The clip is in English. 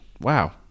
wow